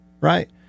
right